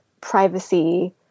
privacy